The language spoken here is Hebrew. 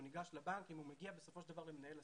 הוא ניגש לבנק ואם הוא מגיע בסופו של דבר למנהל הסניף,